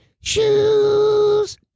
shoes